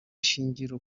ishingiro